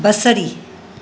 बसरी